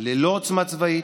ללא עוצמה צבאית,